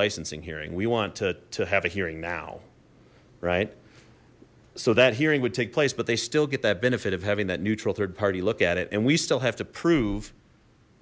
licensing hearing we want to have a hearing now right so that hearing would take place but they still get that benefit of having that neutral third party look at it and we still have to prove